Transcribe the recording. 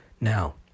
now